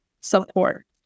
support